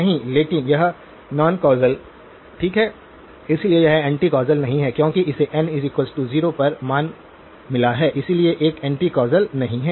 नहीं लेकिन यह नॉन कौसल ठीक है इसलिए यह एंटी कौसल नहीं है क्योंकि इसे n 0 पर मान मिला है इसलिए यह एंटी कौसल नहीं है